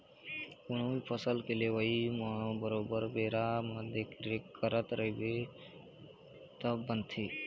कोनो भी फसल के लेवई म बरोबर बेरा बेरा म देखरेख करत रहिबे तब बनथे